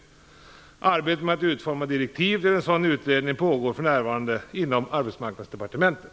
Arbetet med att utforma direktiv till en sådan utredning pågår för närvarande inom Arbetsmarknadsdepartementet.